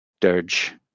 dirge